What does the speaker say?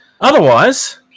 Otherwise